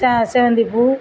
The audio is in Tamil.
செ செவந்தி பூ